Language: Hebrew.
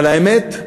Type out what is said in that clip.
אבל האמת,